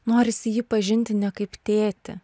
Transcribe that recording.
norisi jį pažinti ne kaip tėtį